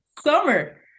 summer